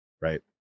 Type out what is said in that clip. Right